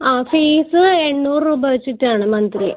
ആ ഫീസ് എണ്ണൂറ് രൂപ വെച്ചിട്ടാണ് മന്ത്ലി